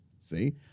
See